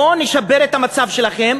בואו נשפר את המצב שלכם,